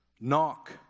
Knock